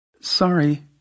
Sorry